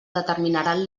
determinaran